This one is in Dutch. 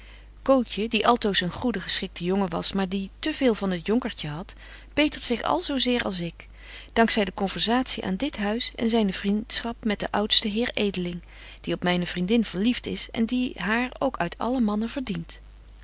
cootje die altoos een goede geschikte jongen was maar die te veel van het jonkertje hadt betert zich al zo zeer als ik dank zy de conversatie aan dit huis en zyne vriendschap met den oudsten heer edeling die op myne vriendin verlieft is en die haar ook uit alle mannen verdient